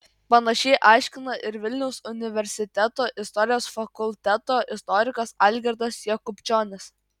panašiai aiškina ir vilniaus universiteto istorijos fakulteto istorikas algirdas jakubčionis